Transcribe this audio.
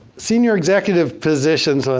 senior executive positions, ah